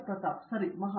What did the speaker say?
ಪ್ರತಾಪ್ ಹರಿಡೋಸ್ ಸರಿ ಮಹಾನ್